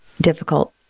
difficult